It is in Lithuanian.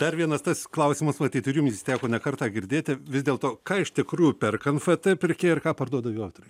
dar vienas tas klausimas matyt ir jums jis teko ne kartą girdėti vis dėlto ką iš tikrųjų perka nft pirkėjai ir ką parduoda jų autoriai